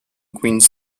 queens